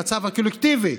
המצב הקולקטיבי,